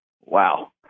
Wow